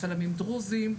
צלמים דרוזים,